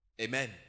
Amen